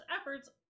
efforts